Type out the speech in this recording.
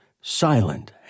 silent